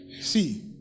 See